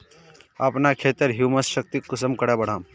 अपना खेतेर ह्यूमस शक्ति कुंसम करे बढ़ाम?